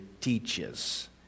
teaches